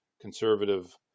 conservative